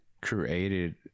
created